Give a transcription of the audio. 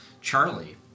Charlie